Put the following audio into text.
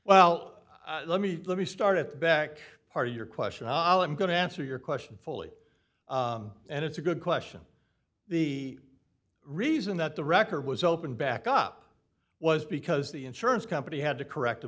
well let me let me start with back part of your question ali i'm going to answer your question fully and it's a good question the reason that the wrecker was opened back up was because the insurance company had to correct a